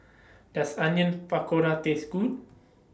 Does Onion Pakora Taste Good